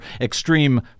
extreme